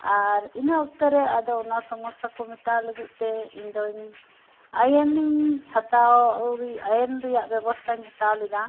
ᱟᱨ ᱤᱱᱟᱹ ᱚᱠᱛᱮ ᱨᱮ ᱟᱫᱚ ᱚᱱᱟ ᱥᱳᱢᱚᱥᱟ ᱢᱮᱴᱟᱣ ᱞᱟᱹᱜᱤᱫ ᱛᱮ ᱤᱧᱫᱚᱧ ᱟᱭᱮᱱᱤᱧ ᱦᱟᱛᱟᱣ ᱟᱣᱨᱤ ᱟᱭᱮᱱ ᱨᱮᱭᱟᱜ ᱵᱮᱵᱚᱥᱛᱟᱧ ᱦᱟᱛᱟᱣ ᱞᱮᱫᱟ